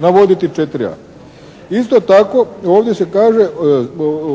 navoditi 4.a. Isto tako ovdje se kaže,